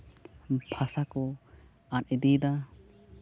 ᱵᱷᱟᱥᱟ ᱠᱚ ᱟᱫᱽ ᱤᱫᱤᱭᱮᱫᱟ